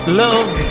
love